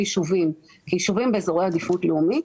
ישובים כיישובים באזורי עדיפות לאומית,